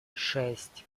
шесть